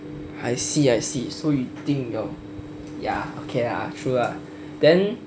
I see I see so you think your ya okay lah true lah then